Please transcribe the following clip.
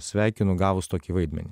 sveikinu gavus tokį vaidmenį